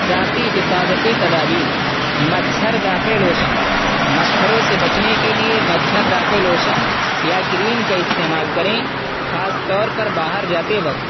ذاتی حفاظتی تدابیر مچھر دافع لوشن مچھروں سے بچنے کے لیے مچھر دافع لوشن یا کریم کا استعمال کریں خاص طور پر باہر جاتے وقت